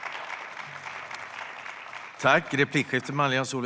Ekonomisk trygghet vid sjukdom och funktions-nedsättning